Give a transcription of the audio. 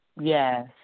Yes